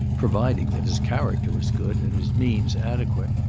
providing that his character was good and his means adequate.